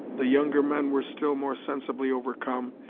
the younger men were still more sensibly overcome,